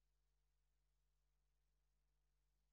דיון